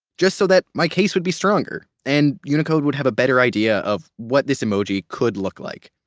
just so that my case would be stronger and unicode would have a better idea of what this emoji could look like.